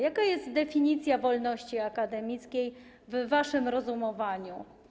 Jaka jest definicja wolności akademickiej w waszym rozumowaniu?